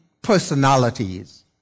personalities